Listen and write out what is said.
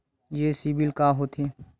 ये सीबिल का होथे?